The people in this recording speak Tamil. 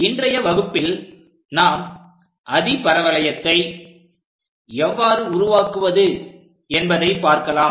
இன்றைய வகுப்பில் நாம் அதிபரவளையத்தை எவ்வாறு உருவாக்குவது என்பதை பார்க்கலாம்